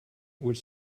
which